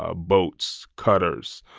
ah boats, cutters,